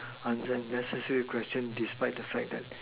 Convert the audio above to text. uh then necessary question despite the fact that